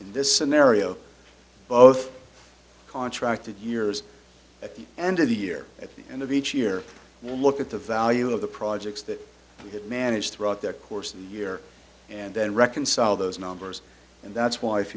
in this scenario both contracted years at the end of the year at the end of each year we look at the value of the projects that get managed throughout their course a year and then reconcile those numbers and that's why if